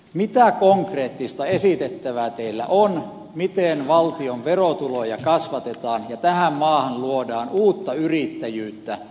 mitä konkreettista esitettävää teillä on miten valtion verotuloja kasvatetaan ja tähän maahan luodaan uutta yrittäjyyttä uusia työpaikkoja